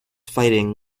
fighting